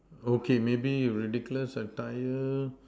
okay maybe you ridiculous attire